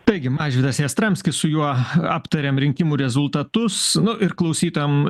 taigi mažvydas jastramskis su juo aptarėm rinkimų rezultatus ir klausytojam